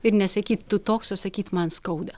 ir nesakyt tu toks o sakyt man skauda